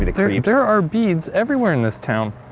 me the creeps. there are beads everywhere in this town.